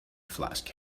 flask